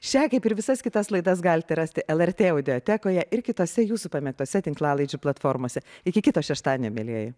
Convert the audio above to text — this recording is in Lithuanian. šią kaip ir visas kitas laidas galite rasti lrt audiotekoje ir kitose jūsų pamėgtose tinklalaidžių platformose iki kito šeštadienio mielieji